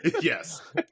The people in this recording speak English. Yes